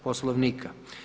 Poslovnika.